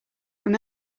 from